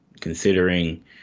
considering